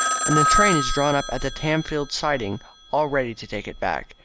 and the train is drawn up at the tamfield siding all ready to take it back.